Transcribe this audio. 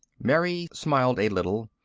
mary smiled a little.